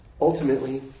Ultimately